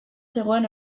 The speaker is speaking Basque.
zegoen